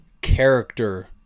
Character